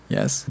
Yes